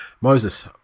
Moses